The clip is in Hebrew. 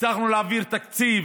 הצלחנו להעביר תקציב,